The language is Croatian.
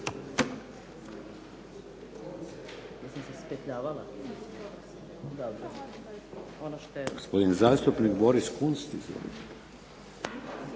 Hvala vam